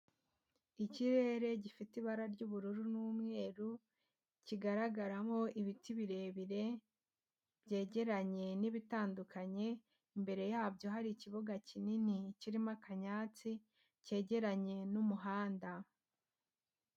Ikirere gifite ibara ry'ubururu n'umweru, kigaragaramo ibiti birebire byegeranye n'ibitandukanye, imbere yabyo hari ikibuga kinini kirimo akanyatsi, kegeranye n'umuhanda.